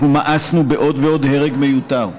אנחנו מאסנו בעוד ועוד הרג מיותר,